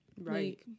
Right